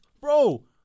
Bro